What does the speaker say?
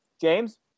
James